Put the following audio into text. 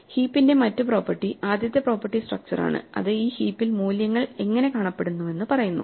ഹീപ്പിന്റെ മറ്റ് പ്രോപ്പർട്ടി ആദ്യത്തെ property structure ആണ് അത് ഈ ഹീപ്പിൽ മൂല്യങ്ങൾ എങ്ങനെ കാണപ്പെടുന്നുവെന്നു പറയുന്നു